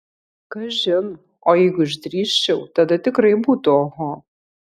kažin o jeigu išdrįsčiau tada tikrai būtų oho